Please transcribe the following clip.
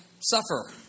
suffer